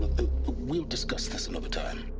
we'll discuss this another time!